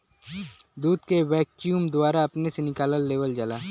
दूध के वैक्यूम द्वारा अपने से निकाल लेवल जाला